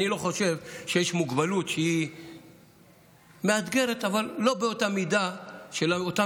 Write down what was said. אני חושב שיש מוגבלות שהיא מאתגרת אבל לא באותה מידה של אותן